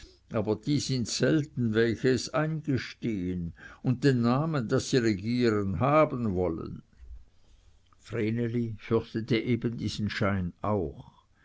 aber die sind selten welche es eingestehen und den namen daß sie regieren haben wollen vreneli fürchtete eben diesen schein auch